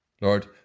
lord